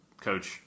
coach